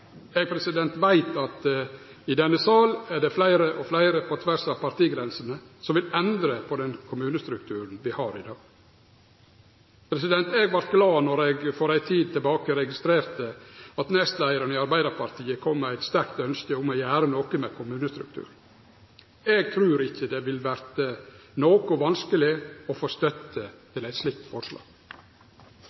veit at i denne salen er det fleire og fleire, på tvers av partigrensene, som vil endre på den kommunestrukturen vi har i dag. Eg vart glad då eg for ei tid sidan registrerte at nestleiaren i Arbeidarpartiet kom med eit sterkt ønske om å gjere noko med kommunestrukturen. Eg trur ikkje det vil verte noko vanskeleg å få støtte til eit slikt forslag.